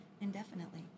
indefinitely